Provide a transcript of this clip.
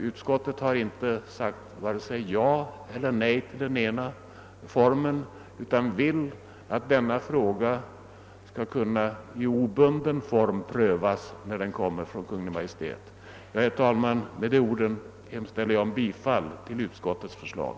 Utskottet har inte sagt vare sig ja eller nej till den ena eller andra for men, utan vill att frågan skall kunna i obunden form prövas, när förslag kommer från Kungl. Maj:t. Herr talman! Med dessa ord hemställer jag om bifall till utskottets förslag.